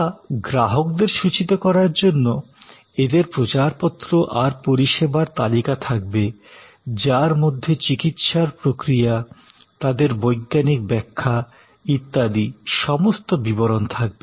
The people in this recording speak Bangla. তা গ্রাহকদের সূচিত করার জন্য এদের প্রচারপত্র আর পরিষেবার তালিকা থাকবে যার মধ্যে চিকিৎসার প্রক্রিয়া তাদের বৈজ্ঞানিক ব্যাখ্যা ইত্যাদি সমস্ত বিবরণ থাকবে